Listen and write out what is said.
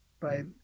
right